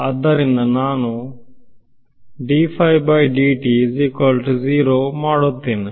ಆದ್ದರಿಂದ ನಾನು ಮಾಡುತ್ತೇನೆ